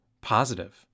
positive